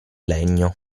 legno